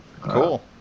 Cool